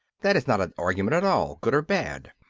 that is not an argument at all, good or bad.